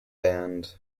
band